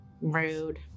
Rude